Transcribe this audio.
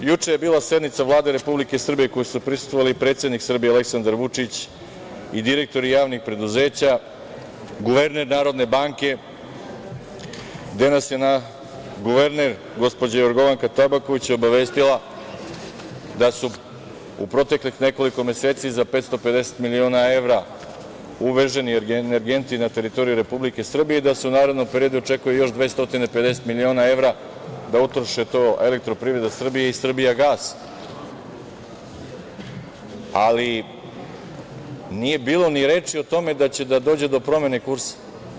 Juče je bila sednica Vlade Republike Srbije kojoj su prisustvovali predsednik Srbija Aleksandar Vučić i direktori javnih preduzeća, guverner Narodne banke, gde nas je guverner, gospođa Jorgovanka Tabaković, obavestila da su u proteklih nekoliko meseci za 550 miliona evra, uveženi energenti na teritoriji Republike Srbije i da se u narednom periodu očekuje još 250 miliona evra da utroše „Elektroprivreda Srbije“ i „Srbijagas“, ali nije bilo ni reči o tome da će da dođe do promene kursa.